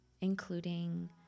including